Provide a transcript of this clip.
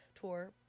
tour